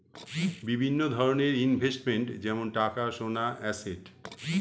বিভিন্ন ধরনের ইনভেস্টমেন্ট যেমন টাকা, সোনা, অ্যাসেট